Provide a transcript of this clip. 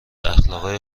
اخلاقای